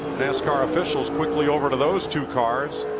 nascar officials quickly over to those two cars.